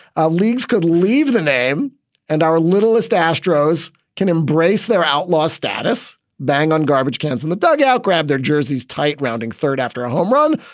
a-league's could leave the name and our littlest astros can embrace their outlaw status. bang on garbage cans in the dugout, grab their jerseys tight, rounding third after a homerun.